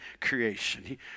creation